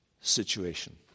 situation